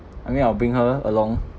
I mean I'll bring her along